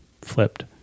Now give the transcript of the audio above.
flipped